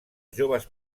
joves